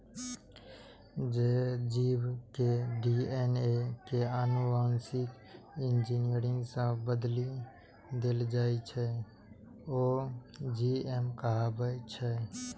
जे जीव के डी.एन.ए कें आनुवांशिक इंजीनियरिंग सं बदलि देल जाइ छै, ओ जी.एम कहाबै छै